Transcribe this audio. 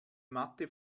matte